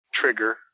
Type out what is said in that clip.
trigger